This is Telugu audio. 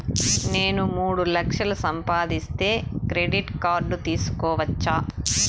నేను మూడు లక్షలు సంపాదిస్తే క్రెడిట్ కార్డు తీసుకోవచ్చా?